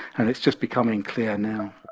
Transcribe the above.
and it's just becoming clear now